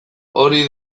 hori